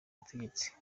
butegetsi